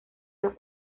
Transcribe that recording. las